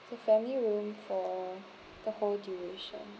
the family room for the whole duration